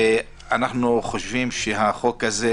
אנחנו חושבים שהחוק הזה,